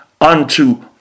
unto